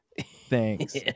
Thanks